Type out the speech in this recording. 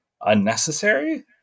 unnecessary